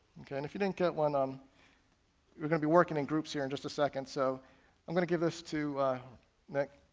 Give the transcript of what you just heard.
okay and if you didn't get one, um we're going to be working in groups here in just a second, so i'm going to give this to nick,